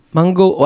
Mango